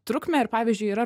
trukmę ir pavyzdžiui yra